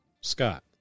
Scott